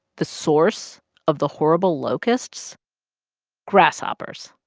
the source of the horrible locusts grasshoppers